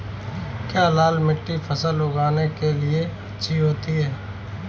क्या लाल मिट्टी फसल उगाने के लिए अच्छी होती है?